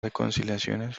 reconciliaciones